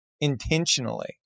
intentionally